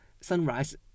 Sunrise